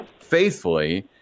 faithfully